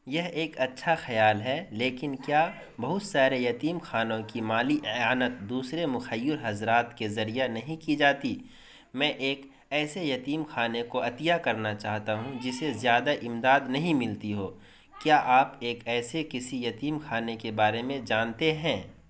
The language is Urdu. یہ ایک اچھا خیال ہے لیکن کیا بہت سارے یتیم خانوں کی مالی اعانت دوسرے مخیر حضرات کے ذریعے نہیں کی جاتی میں ایک ایسے یتیم خانے کو عطیہ کرنا چاہتا ہوں جسے زیادہ امداد نہیں ملتی ہو کیا آپ ایک ایسے کسی یتیم خانے کے بارے میں جانتے ہیں